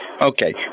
Okay